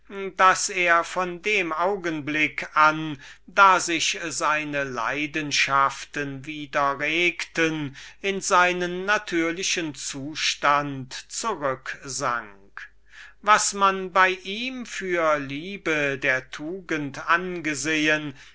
daß er von dem augenblick an da sich seine leidenschaften wieder regten in seinen natürlichen zustand zurücksank was man bei ihm für liebe der tugend angesehen